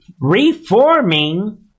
reforming